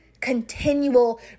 Continual